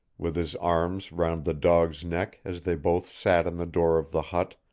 with his arms round the dog's neck as they both sat in the door of the hut,